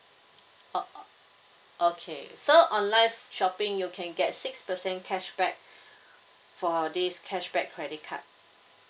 ok~ okay so online shopping you can get six percent cashback for this cashback credit card